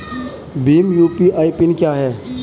Bhim UPI PIN क्या है?